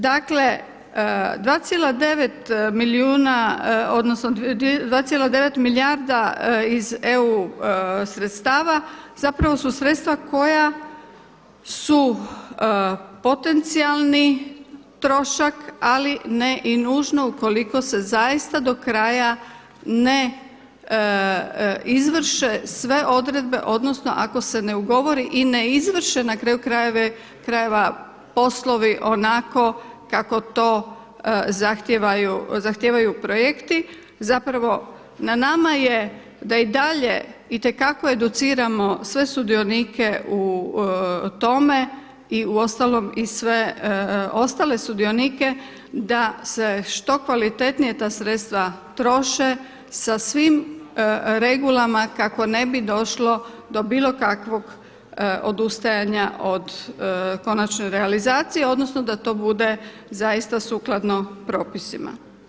Dakle, 2,9 milijuna odnosno 2,9 milijarda iz EU sredstava zapravo su sredstva koja su potencijalni trošak, ali ne i nužno ukoliko se zaista do kraja ne izvrše sve odredbe odnosno ako se ne ugovori i ne izvrše na kraju krajeva poslovi onako kako to zahtijevaju projekti, zapravo na nama je da i dalje itekako educiramo sve sudionike u tome i u ostalom i sve ostale sudionike da se što kvalitetnije ta sredstva troše sa svim regulama kako ne bi došlo do bilo kakvog odustajanja od konačne realizacije odnosno da to bude zaista sukladno propisima.